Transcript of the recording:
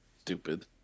Stupid